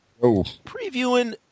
previewing